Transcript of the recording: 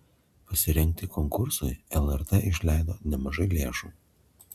pasirengti konkursui lrt išleido nemažai lėšų